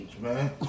man